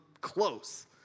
close